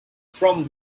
from